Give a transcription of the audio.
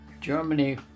Germany